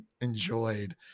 enjoyed